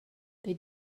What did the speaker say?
they